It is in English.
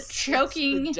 choking